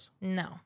No